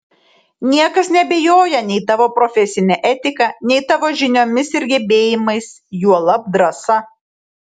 niekas neabejoja nei tavo profesine etika nei tavo žiniomis ir gebėjimais juolab drąsa